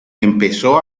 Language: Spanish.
empezó